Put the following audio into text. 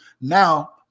now